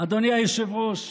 אדוני היושב-ראש,